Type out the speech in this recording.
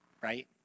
Right